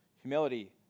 humility